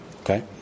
Okay